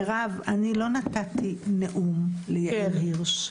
מירב, אני לא נתתי נאום ליאיר הירש.